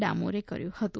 ડામોરે કર્યું હતુ